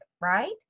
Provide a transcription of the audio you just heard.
right